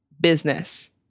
business